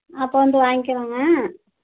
அப்போ வந்து வாங்கிக்கிறோங்க